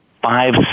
five